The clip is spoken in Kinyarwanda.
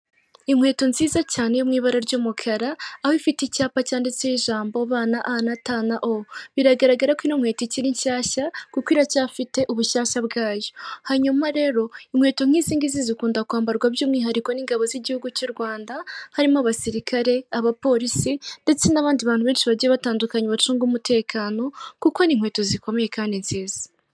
Inkweto nziza cyane mu ibara ry'umukara, aho ifite icyapa cyanditseho ijambo B na A na T na O, biragaragara ko ino nkweto ikiri nshyashya kuko iracyafite ubushyashya bwayo, hanyuma rero inkweto nk'izi ngizi zikunda kwambarwa by'umwihariko n'ingabo z'igihugu cy'u Rwanda, harimo abasirikare, abapolisi ndetse n'abandi bantu benshi bagiye batandukanye bacunga umutekano, kuko ni inkweto zikomeye kandi nziza.